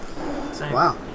Wow